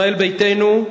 ישראל ביתנו,